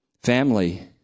Family